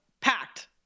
packed